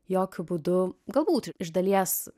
jokiu būdu galbūt iš dalies